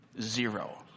zero